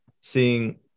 seeing